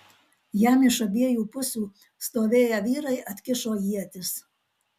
jam iš abiejų pusių stovėję vyrai atkišo ietis